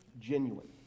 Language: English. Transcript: genuine